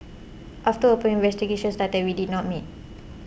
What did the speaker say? after open investigations started we did not meet